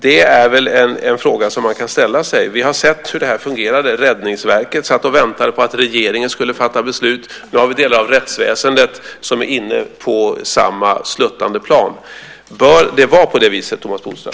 Det är väl en fråga man kan ställa sig. Vi har sett hur det fungerade: Räddningsverket satt och väntade på att regeringen skulle fatta beslut. Nu är delar av rättsväsendet inne på samma sluttande plan. Bör det vara på det viset, Thomas Bodström?